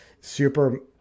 super